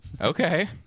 Okay